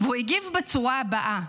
והוא הגיב בצורה הבאה,